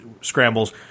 scrambles